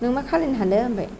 नों मा खालायनो हानो होनबाय